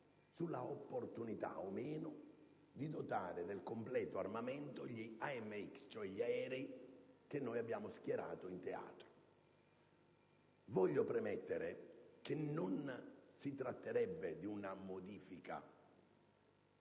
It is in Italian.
sull'opportunità o meno di dotare del completo armamento gli AMX, cioè gli aerei che abbiamo schierato in teatro. Voglio premettere che non si tratterebbe di una modifica